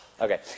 Okay